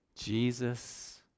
Jesus